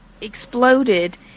exploded